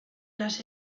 las